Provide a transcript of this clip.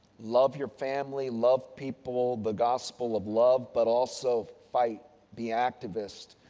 love your family, love people, the gospel of love. but, also fight the activists.